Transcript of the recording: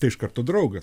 tai iš karto draugas